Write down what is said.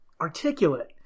articulate